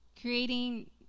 creating